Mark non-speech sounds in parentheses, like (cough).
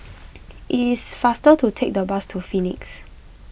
(noise) it is faster to take the bus to Phoenix